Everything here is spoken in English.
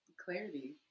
clarity